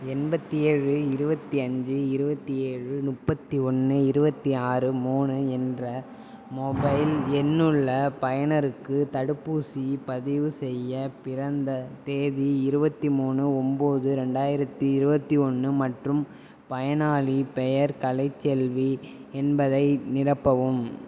எண்பத்தி ஏழு இருபத்தி அஞ்சு இருபத்தி ஏழு முப்பத்தி ஒன்று இருபத்தி ஆறு மூணு என்ற மொபைல் எண்ணுள்ள பயனருக்கு தடுப்பூசிப் பதிவு செய்ய பிறந்த தேதி இருபத்தி மூணு ஒம்போது ரெண்டாயிரத்தி இருபத்தி ஒன்று மற்றும் பயனாளி பெயர் கலைசெல்வி என்பதை நிரப்பவும்